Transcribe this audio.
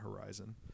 horizon